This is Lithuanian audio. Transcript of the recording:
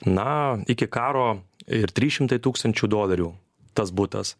na iki karo ir trys šimtai tūkstančių dolerių tas butas